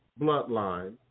bloodline